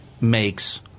makes